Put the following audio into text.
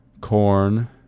corn